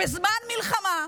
בזמן מלחמה,